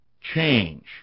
change